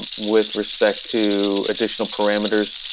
with respect to additional parameters.